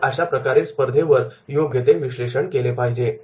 आपण अशाप्रकारे स्पर्धेवर योग्य ते विश्लेषण केले पाहिजे